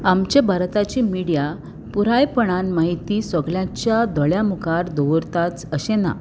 आमचे भरताची मिडिया पुरायपणान म्हायती सगळ्यांच्या दोळ्यां मुखार दवरताच अशें ना